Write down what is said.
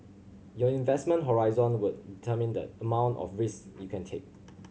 your investment horizon would determine the amount of risk you can take